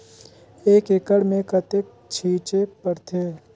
एक एकड़ मे कतेक छीचे पड़थे?